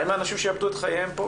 מה עם האנשים שיאבדו את חייהם פה,